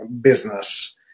business